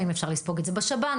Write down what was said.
האם אפשר לספוג את זה בשב"ן,